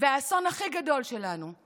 האסון הכי גדול שלנו הוא